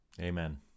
Amen